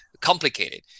complicated